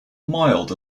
mild